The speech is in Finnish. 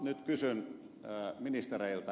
nyt kysyn ministereiltä